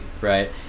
Right